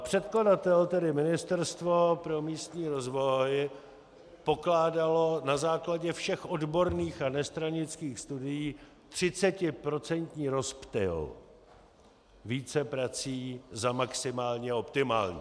Předkladatel, tedy Ministerstvo pro místní rozvoj, pokládal na základě všech odborných a nestranických studií 30procentní rozptyl víceprací za maximálně optimální.